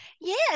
Yes